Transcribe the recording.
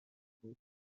بود